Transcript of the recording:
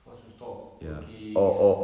forced to stop working and